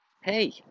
Hey